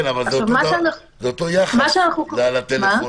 כן, אבל זה אותו יחס, על הטלפון.